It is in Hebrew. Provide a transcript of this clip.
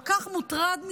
כל כך מוטרד ממני,